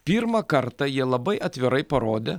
pirmą kartą jie labai atvirai parodė